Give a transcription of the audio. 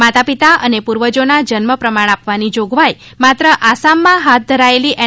માતાપિતા અને પૂર્વજોના જન્મ પ્રમાણ આપવાની જોગવાઈ માત્ર આસામમાં હાથ ધરાયેલી એન